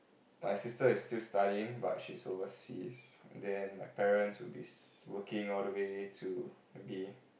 my sister is still studying but she's overseas then my parents will be s~ working all the way to maybe